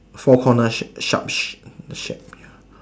four corner sharp sharps shape ya